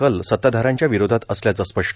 कल सत्ताधाऱ्यांच्या विरोधात असल्याचं स्पष्ट